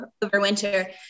overwinter